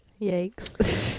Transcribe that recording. Yikes